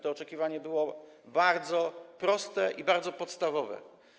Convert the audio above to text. To oczekiwanie było bardzo proste i bardzo podstawowe.